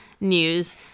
news